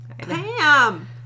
Pam